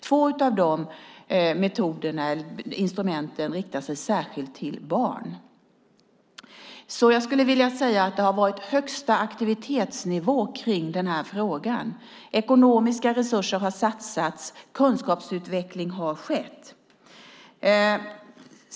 Två av de instrumenten riktar sig särskilt till barn. Jag skulle vilja säga att det har varit högsta aktivitetsnivå i den här frågan. Ekonomiska resurser har satsats och kunskapsutveckling har skett.